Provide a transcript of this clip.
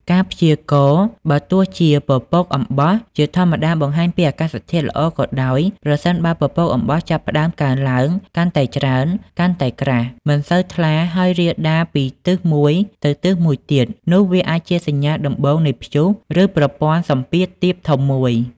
ការព្យាករណ៍ បើទោះជាពពក អំបោះ ជាធម្មតាបង្ហាញពីអាកាសធាតុល្អក៏ដោយ ប្រសិនបើពពកអំបោះចាប់ផ្តើមកើនឡើងកាន់តែច្រើន កាន់តែក្រាស់ មិនសូវថ្លា ហើយរាលដាលពីទិសមួយទៅទិសមួយទៀតនោះវាអាចជាសញ្ញាដំបូងនៃព្យុះ ឬប្រព័ន្ធសម្ពាធទាបធំមួយ។